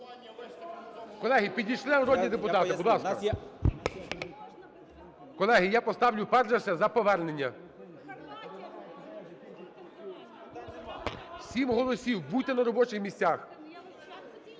Колеги, підійшли народні депутати. Будь ласка. Колеги, я поставлю, перш за все, за повернення. 7 голосів, будьте на робочих місцях.